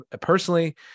personally